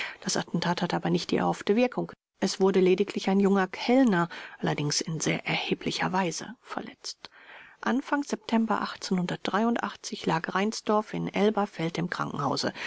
das attentat hatte aber nicht die erhoffte wirkung es wurde lediglich ein junger kellner allerdings in sehr erheblicher weise verletzt anfang september lag reinsdorf in elberfeld im krankenhause